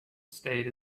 state